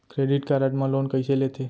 Credit card मा loan कइसे लेथे?